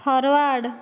forward